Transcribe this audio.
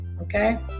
okay